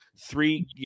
three